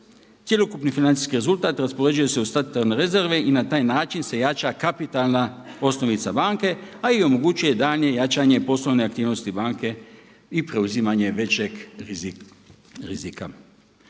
cjelokupni financijski rezultat raspoređuje se u statutarne rezerve i na taj način se jača kapitalna osnovica banke a i omogućuje daljnje jačanje poslovne aktivnosti banke i preuzimanje većeg rizika.